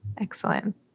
Excellent